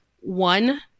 one